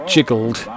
Jiggled